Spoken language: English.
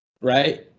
Right